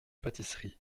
pâtisserie